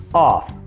off.